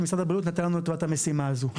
משרד הבריאות נתן לנו את המשימה הזו.